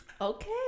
okay